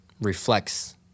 reflects